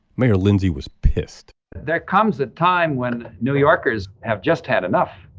mayor lindsay was pissed there comes a time when new yorkers have just had enough.